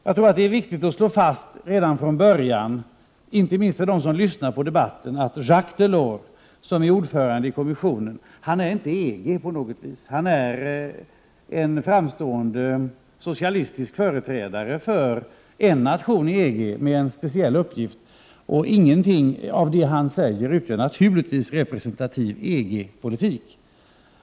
Jag tror att det är viktigt att slå fast redan från början, inte minst för dem som lyssnar på debatten, att Jacques Delors, som är ordförande i EG-kommissionen, inte på något vis är EG. Han är en framstående socialistisk företrädare för en nation i EG, med en speciell uppgift, och naturligtvis utgör ingenting av det han säger representativ EG-politik.